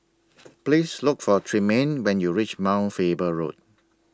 Please Look For Tremaine when YOU REACH Mount Faber Road